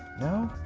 no,